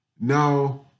Now